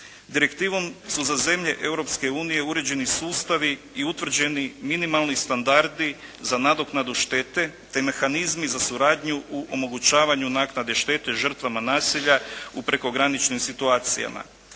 Direktivom su za zemlje Europske unije uređeni sustavi i utvrđeni minimalni standardi za nadoknadu štete te mehanizmi za suradnju u omogućavanju naknade štete žrtvama nasilja u prekograničnim situacijama.